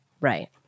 Right